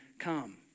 come